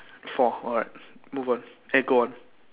four alright move on eh go on